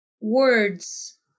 words